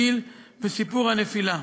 גיל וסיפור הנפילה,